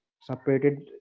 separated